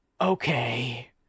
okay